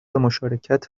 مشارکت